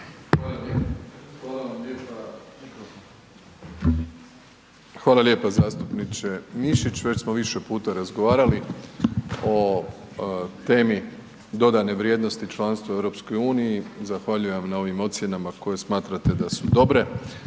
Hvala lijepa zastupniče Mišić, već smo više puta razgovarali o temi dodane vrijednosti članstva u EU, zahvaljujem vam na ovim ocjenama koje smatrate da su dobre,